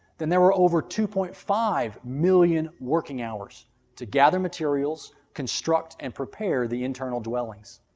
then there were over two point five million working hours to gather materials, construct, and prepare the internal dwellings.